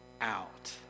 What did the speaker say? out